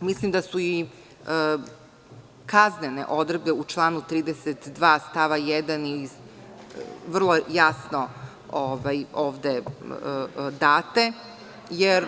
Mislim da su i kaznene odredbe u članu 32. stav 1. vrlo jasno ovde date, jer